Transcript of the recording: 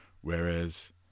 Whereas